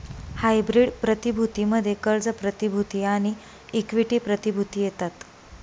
hybrid प्रतिभूती मध्ये कर्ज प्रतिभूती आणि इक्विटी प्रतिभूती येतात